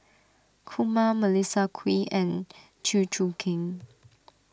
Kumar Melissa Kwee and Chew Choo Keng